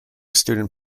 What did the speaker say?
student